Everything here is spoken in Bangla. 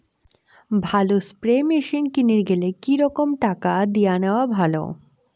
ভালো স্প্রে মেশিন কিনির গেলে কি রকম টাকা দিয়া নেওয়া ভালো?